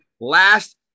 last